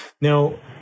Now